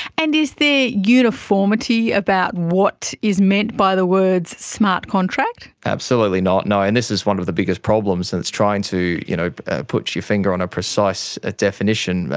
and is there uniformity about what is meant by the words smart contract? absolutely not, no, and this is one of the biggest problems and it's trying to you know ah put your finger on a precise definition,